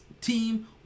team